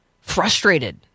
frustrated